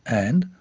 and,